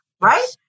right